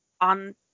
on